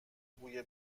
بوی